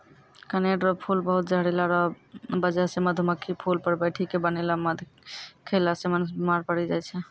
कनेर रो फूल बहुत जहरीला रो बजह से मधुमक्खी फूल पर बैठी के बनैलो मध खेला से मनुष्य बिमार पड़ी जाय छै